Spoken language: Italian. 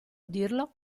dirlo